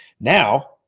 Now